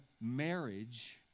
marriage